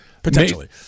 Potentially